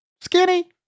skinny